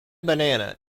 banana